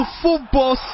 football